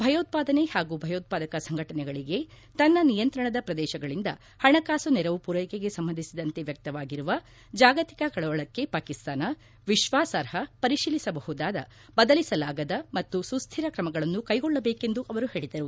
ಭಯೋತ್ಪಾದನೆ ಹಾಗೂ ಭಯೋತ್ಪಾದಕ ಸಂಘಟನೆಗಳಗೆ ತನ್ನ ನಿಯಂತ್ರಣದ ಪ್ರದೇಶಗಳಿಂದ ಹಣಕಾಸು ನೆರವು ಪೂರ್ಕೆಕೆಗೆ ಸಂಬಂಧಿಸಿದಂತೆ ವ್ಯಕ್ತವಾಗಿರುವ ಜಾಗತಿಕ ಕಳವಳಕ್ಕೆ ಪಾಕಿಸ್ತಾನ ವಿಶ್ವಾಸಾರ್ಹ ಪರಿಶೀಲಿಸಬಹುದಾದ ಬದಲಿಸಲಾಗದ ಮತ್ತು ಸುಸ್ನಿರ ಕ್ರಮಗಳನ್ನು ಕೈಗೊಳ್ಳಬೇಕೆಂದು ಅವರು ಹೇಳಿದರು